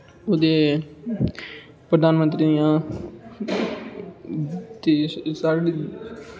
उह्दे प्रधानमंत्री दियां देश साढ़े लेई